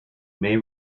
may